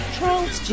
Charles